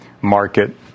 market